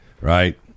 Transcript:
right